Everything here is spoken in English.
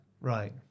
Right